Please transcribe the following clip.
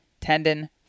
tendon